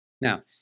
Now